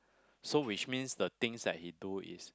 so which means the things that he do is